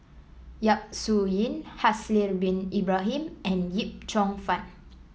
Yap Su Yin Haslir Bin Ibrahim and Yip Cheong Fun